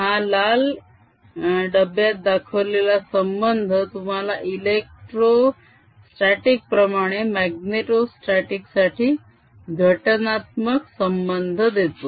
हा लाल डब्ब्यात दाखवलेला संबंध तुम्हाला एलेक्ट्रोस्टटीक प्रमाणे माग्नेटोस्टटीक साठी घटकात्मक संबंध देतो